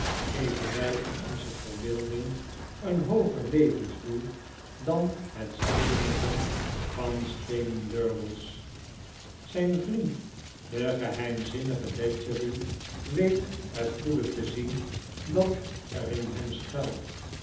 geven wg in onze verbeelding een hooger levensdoel dan het steenigen van steenen durdels ztjn vriend de geheimzinnige datchery weet het goede te zien dat erin hemschuilten wpt hem